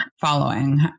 following